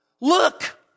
Look